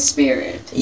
Spirit